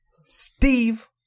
Steve